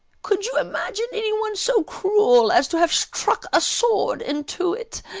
could you imagine any one so cruel as to have struck a sword into it?